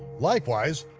likewise,